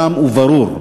רם וברור: